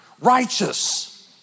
righteous